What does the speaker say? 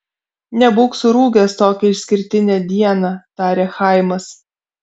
nebūk surūgęs tokią išskirtinę dieną tarė chaimas